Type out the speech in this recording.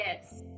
yes